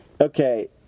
Okay